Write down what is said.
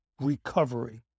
recovery